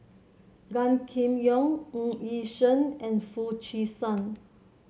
Gan Kim Yong Ng Yi Sheng and Foo Chee San